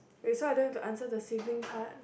wait so i dont have to answer the sibling part